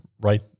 right